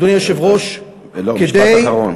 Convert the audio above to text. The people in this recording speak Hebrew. אדוני היושב-ראש, כדי, לא, משפט אחרון.